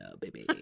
baby